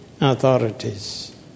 authorities